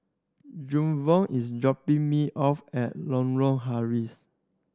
Jevon is dropping me off at Lorong Halus